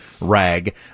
rag